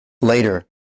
later